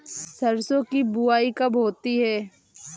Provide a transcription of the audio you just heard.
सरसों की बुआई कब होती है?